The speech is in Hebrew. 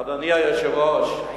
אדוני היושב-ראש, לא,